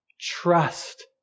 trust